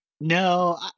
No